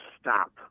stop